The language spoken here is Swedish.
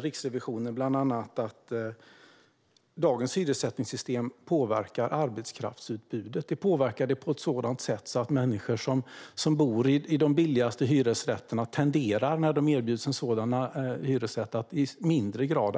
Riksrevisionen säger bland annat att dagens hyressättningssystem påverkar arbetskraftsutbudet på ett sådant sätt att människor som bor i de billigaste hyresrätterna tenderar att arbeta i lägre grad.